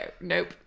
nope